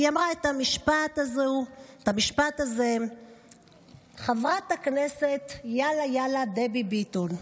היא אמרה את המשפט הזה: חברת הכנסת "יאללה יאללה" דבי ביטון.